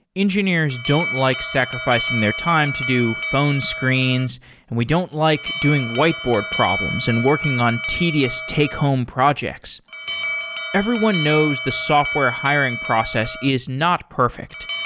engineers don't like sacrificing their time to do phone screens and we don't like doing whiteboard problems and working on tedious take-home projects everyone knows the software hiring process is not perfect,